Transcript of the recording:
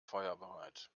feuerbereit